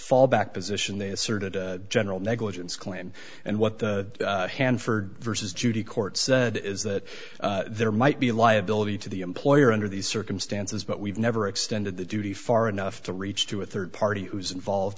fallback position they asserted a general negligence claim and what the hanford vs judy court said is that there might be liability to the employer under these circumstances but we've never extended the duty far enough to reach to a third party who's involved